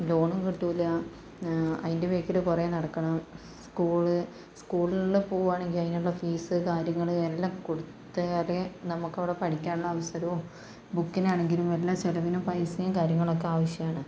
ലോണും കിട്ടുകയില്ല അതിൻ്റെ ബാക്കില് കുറെ നടക്കണം സ്കൂള് സ്കൂളിനുള്ളിൽ പോകുവാണെങ്കിൽ അതിനുള്ള ഫീസ് കാര്യങ്ങള് എല്ലാം കൊടുക്കാതെ നമുക്കവിടെ പഠിക്കാനുള്ള അവസരവും ബുക്കിനാണെങ്കിലും എല്ലാം ചിലവിനും പൈസയും കാര്യങ്ങളൊക്കെ ആവശ്യമാണ്